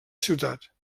ciutat